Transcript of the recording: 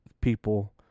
people